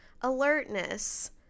alertness